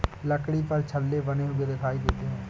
लकड़ी पर छल्ले बने हुए दिखते हैं